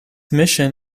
mission